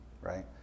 right